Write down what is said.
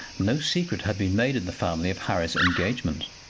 no secret had been made in the family of harry's engagement.